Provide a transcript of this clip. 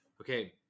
Okay